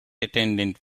attendant